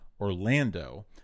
Orlando